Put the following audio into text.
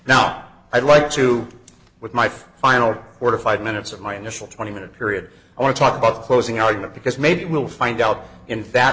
now i'd like to with my final order five minutes of my initial twenty minute period or talk about closing argument because maybe we'll find out in that